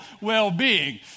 well-being